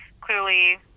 clearly